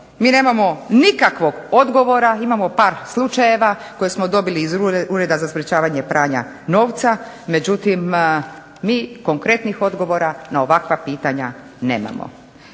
mi nemamo nikakvog odgovora. Imamo par slučajeva koje smo dobili iz Ureda za sprečavanje pranja novca, međutim mi konkretnih odgovora na ovakva pitanja nemamo.